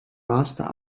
master